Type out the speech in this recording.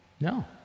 No